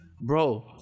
bro